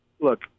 look